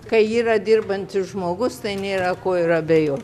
kai yra dirbantis žmogus tai nėra ko ir abejoti